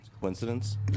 Coincidence